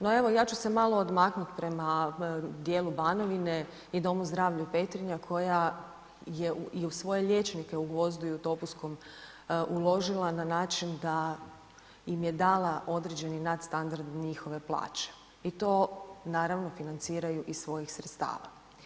No evo ja ću se malo odmaknuti prema dijelu Banovine i Domu zdravlja Petrinja koja je u svoje liječnike u Gvozdu i u Topuskom uložila na način da im je dala određeni nad standard i njihove plaće i to naravno financiraju iz svojih sredstava.